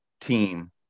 team